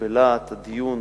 שבלהט הדיון